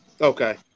Okay